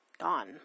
gone